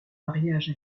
mariage